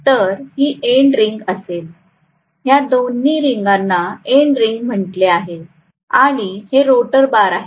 तर ही end ring असेल या दोन्ही रिंगना एंड रिंग म्हटले जाते आणि हे रोटर बार आहेत